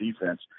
defense